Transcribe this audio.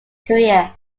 career